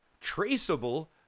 traceable